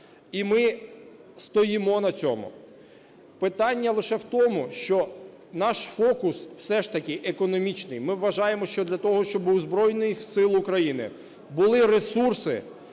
і ми стоїмо на цьому. Питання лише в тому, що наш фокус все ж таки економічний. Ми вважаємо, що для того, щоб у Збройних Сил України були ресурси,